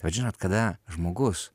bet žinot kada žmogus